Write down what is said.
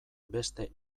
beste